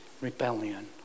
rebellion